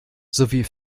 sowie